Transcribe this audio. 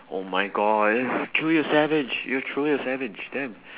oh my god it's truly a savage you're truly a savage damn